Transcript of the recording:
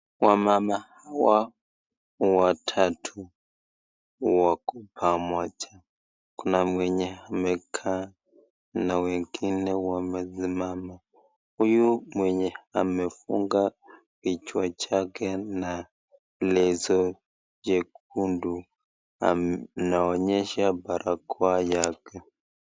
Wamama hawa watatu wako pamoja. Kuna mwenye amekaa na wengine wamesimama. Huyu mwenye amefunga kichwa chake na leso jekundu anaonyesha barakoa yake.